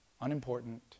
unimportant